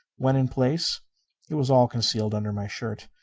when in place it was all concealed under my shirt.